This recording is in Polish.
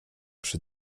przy